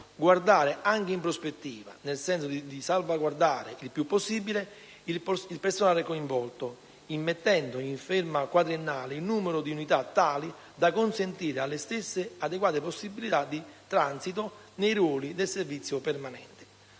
guardare anche in prospettiva, nel senso di salvaguardare, il più possibile, il personale coinvolto, immettendo in ferma quadriennale un numero di unità tali da consentire alle stesse adeguate possibilità di transito nei ruoli del servizio permanente.